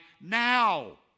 now